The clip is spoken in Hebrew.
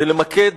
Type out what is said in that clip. ולמקד